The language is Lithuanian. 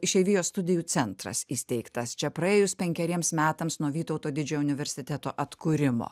išeivijos studijų centras įsteigtas čia praėjus penkeriems metams nuo vytauto didžiojo universiteto atkūrimo